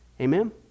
Amen